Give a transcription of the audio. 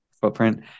footprint